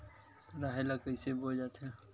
राहेर ल कइसे बोय जाथे?